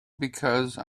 because